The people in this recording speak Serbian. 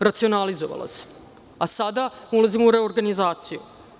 Racionalizovalo se, a sada ulazimo u reorganizaciju.